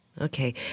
Okay